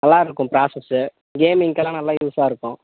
நல்லா இருக்கும் ப்ராசஸு கேமிங்க்கெல்லாம் நல்லா யூஸாக இருக்கும்